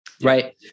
Right